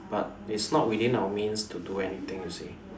but it's not within our means to do anything you see